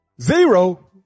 Zero